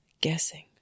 guessing